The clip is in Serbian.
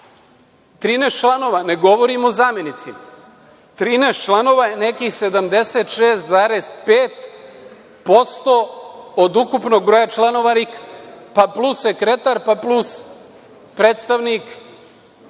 13 članova, ne govorim o zamenicima. Trinaest članova je nekih 76,5% od ukupnog broja članova RIK-a, pa plus sekretar, pa plus predstavnik